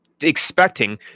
expecting